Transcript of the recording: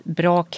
bra